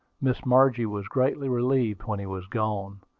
miss margie was greatly relieved when he was gone.